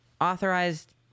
authorized